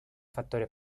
factores